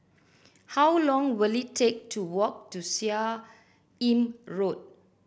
how long will it take to walk to Seah Im Road